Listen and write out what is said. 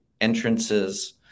entrances